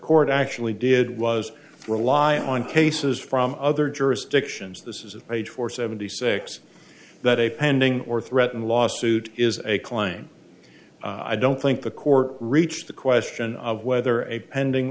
court actually did was rely on cases from other jurisdictions this is of age four seventy six that a pending or threatened lawsuit is a claim i don't think the court reached the question of whether a pending